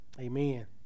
amen